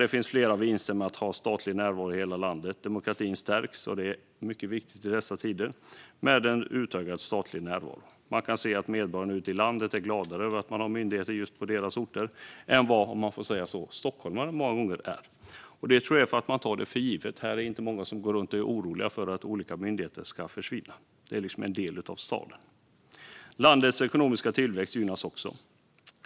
Det finns flera vinster med att ha statlig närvaro i hela landet. Demokratin stärks med en utökad statlig närvaro, och det är mycket viktigt i dessa tider. Vi kan se att medborgarna ute i landet är gladare över att ha myndigheter just på sina orter än vad stockholmarna många gånger är, om jag får säga så. Detta tror jag beror på att man tar det för givet - här är det inte många som går runt och är oroliga för att olika myndigheter ska försvinna. Det är liksom en del av staden. Landets ekonomiska tillväxt gynnas också.